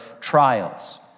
trials